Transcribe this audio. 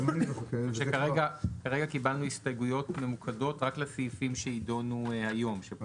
כרגע קיבלנו הסתייגויות ממוקדות רק לסעיפים שיידונו היום.